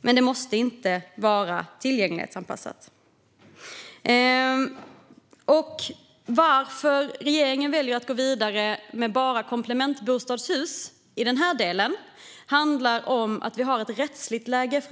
Men det måste inte vara tillgänglighetsanpassat. Varför väljer regeringen att i den här delen gå vidare bara när det gäller komplementbostadshus? Det handlar om det rättsliga läget.